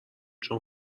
چون